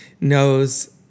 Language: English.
knows